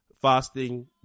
fasting